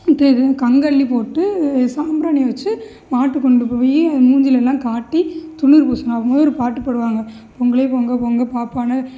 வந்து கங்கல்லி போட்டு சாம்பிராணிய வச்சு மாட்டுக்கு கொண்டு போய் அது மூஞ்சிலெலாம் காட்டி திண்ணுாறு பூசணும் அதுக்குன்னு ஒரு பாட்டு பாடுவாங்க பொங்கலே பொங்க பொங்க பாப்பான்னு